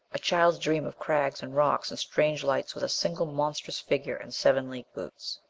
a child's dream of crags and rocks and strange lights with a single monstrous figure in seven league boots.